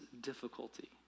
difficulty